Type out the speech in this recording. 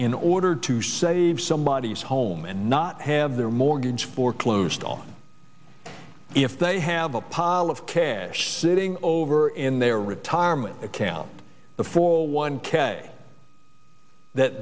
in order to save somebody is home and not have their mortgage foreclosed on if they have a pile of cash sitting over in their retirement account a full one k that